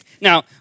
Now